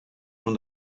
from